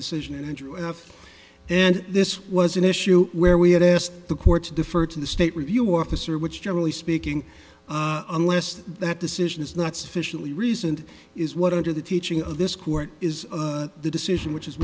decision and and this was an issue where we had asked the court to defer to the state review officer which generally speaking unless that decision is not sufficiently reasoned is what under the teaching of this court is the decision which is